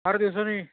फार दिवसांनी